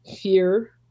fear